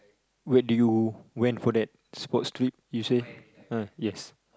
when do you went for that sports trip you say uh yes